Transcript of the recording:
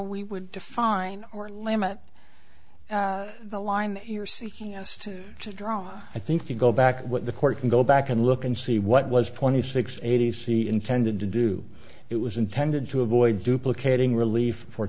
we would define or limit the line you're seeking us to to draw i think if you go back what the court can go back and look and see what was twenty six eighty s he intended to do it was intended to avoid duplicating relief for